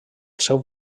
seu